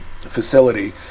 facility